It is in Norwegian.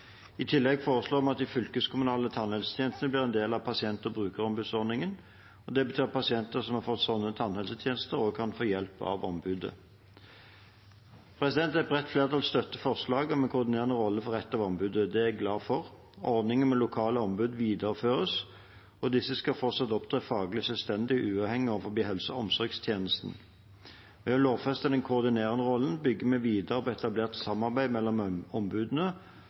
I tillegg foreslår vi at de fylkeskommunale tannhelsetjenestene blir en del av pasient- og brukerombudsordningen. Det betyr at pasienter som har fått slike tannhelsetjenester, også kan få hjelp av ombudet. Et bredt flertall støtter forslaget om en koordinerende rolle for et av ombudene. Det er jeg glad for. Ordningen med lokale ombud videreføres, og disse skal fortsatt opptre faglig selvstendig og uavhengig overfor helse- og omsorgstjenesten. Ved å lovfeste den koordinerende rollen bygger vi videre på det etablerte samarbeidet mellom ombudene